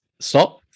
stop